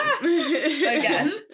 Again